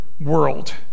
world